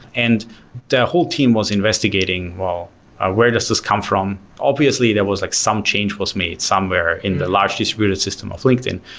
and the whole team was investigating, ah where does this come from? obviously, there was like some change was made somewhere in the large distributed system of linkedin,